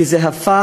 כי זה הפך,